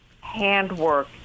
handwork